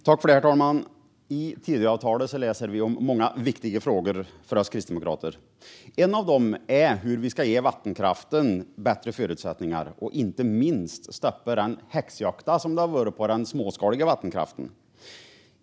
Herr talman! I Tidöavtalet läser vi om många viktiga frågor för oss kristdemokrater. En av dem är hur vi ska ge vattenkraften bättre förutsättningar och inte minst stoppa den häxjakt som har varit på den småskaliga vattenkraften.